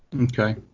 Okay